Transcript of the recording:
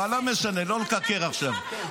הוא אומר לי שאני מקרקרת, זה נראה לך הגיוני?